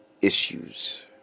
issues